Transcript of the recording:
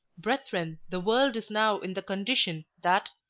brethren, the world is now in the condition that,